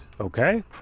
okay